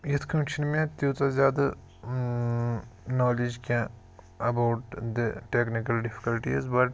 یِتھ پٲٹھۍ چھُنہٕ مےٚ تیٖژاہ زیادٕ نالیج کیٚنٛہہ about the technical difficulties but